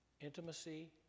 intimacy